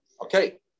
Okay